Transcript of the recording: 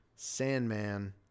Sandman